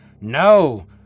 No